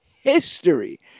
history